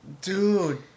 Dude